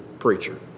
preacher